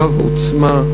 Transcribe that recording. רב-עוצמה,